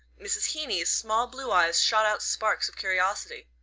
mrs. heeny's small blue eyes shot out sparks of curiosity.